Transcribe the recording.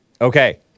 Okay